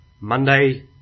Monday